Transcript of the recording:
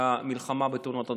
למלחמה בתאונות הדרכים.